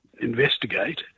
investigate